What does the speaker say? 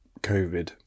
COVID